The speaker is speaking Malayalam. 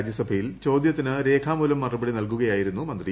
രാജ്യസഭയിൽ ് ചോദ്യത്തിന് രേഖാമൂലം മറുപടി നൽകുകയായിരുന്നു മന്ത്രി